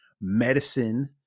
medicine